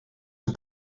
een